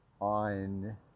on